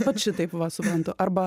vat šitaip va suprantu arba